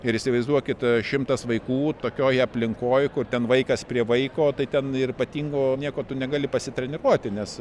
ir įsivaizduokit šimtas vaikų tokioj aplinkoj kur ten vaikas prie vaiko tai ten ir ypatingo nieko tu negali pasitreniruoti nes